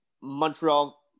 Montreal